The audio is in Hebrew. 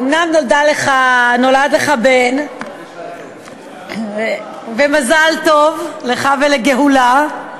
אומנם נולד לך בן, במזל טוב, לך ולגאולה.